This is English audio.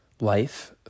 life